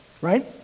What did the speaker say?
right